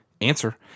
answer